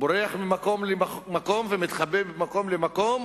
שבורח ממקום למקום ומתחבא ממקום למקום